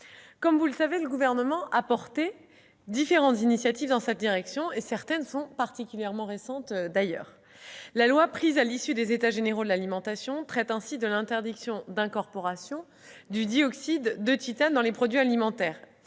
Comme vous le savez, le Gouvernement a porté différentes initiatives en ce sens, certaines étant toutes récentes. La loi prise à l'issue des États généraux de l'alimentation traite ainsi de l'interdiction de l'incorporation du dioxyde de titane dans les produits alimentaires.